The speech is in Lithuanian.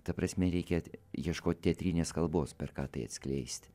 ta prasme reikia ieškot teatrinės kalbos per ką tai atskleist